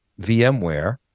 VMware